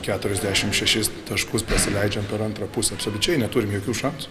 keturiasdešim šešis taškus pasileidžiam per antrą pusę absoliučiai neturim jokių šansų